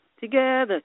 together